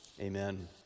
amen